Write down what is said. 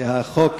שהחוק,